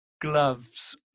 gloves